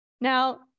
Now